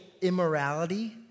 immorality